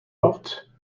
morte